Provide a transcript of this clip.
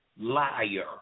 liar